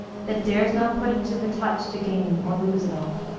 that dares not put it to the touch to gain or lose it all.